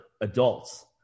adults